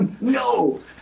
No